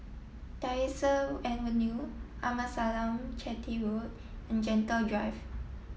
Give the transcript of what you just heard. Tyersall Avenue Amasalam Chetty Road and Gentle Drive